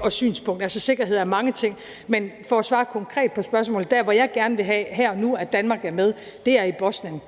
og synspunkt. Altså, sikkerhed er mange ting. Men for at svare konkret på spørgsmålet vil jeg sige, at dér, hvor jeg gerne vil have, at Danmark er med her og nu, er i Bosnien